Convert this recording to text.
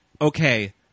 okay